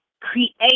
create